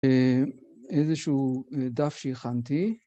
איזשהו דף שהכנתי.